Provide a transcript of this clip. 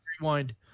rewind